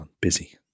Busy